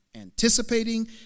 anticipating